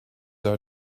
are